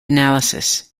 analysis